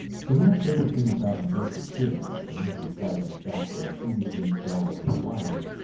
so my favorite thing about this security system, besides the fact that it's easy to install with no wires,